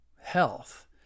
health